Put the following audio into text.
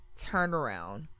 turnaround